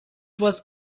was